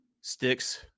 Sticks